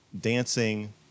dancing